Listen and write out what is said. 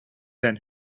than